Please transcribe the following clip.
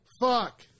Fuck